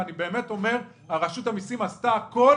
ואני באמת אומר שרשות המסים עשתה הכל